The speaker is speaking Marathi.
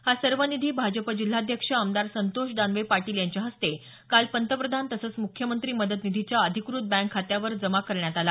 हा सर्व निधी भाजपा जिल्हाध्यक्ष आमदार संतोष पाटील दानवे यांच्या हस्ते काल पंतप्रधान तसंच मुख्यमंत्री मदत निधीच्या अधिकृत बॅक खात्यावर जमा करण्यात आला